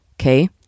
Okay